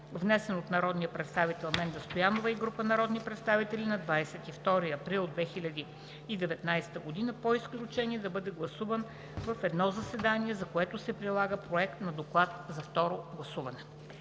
внесен от народния представител Менда Стоянова и група народни представители на 22 април 2019 г. по изключение да бъде гласуван в едно заседание, за което се прилага Проект на Доклад за второ гласуване.“